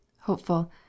Hopeful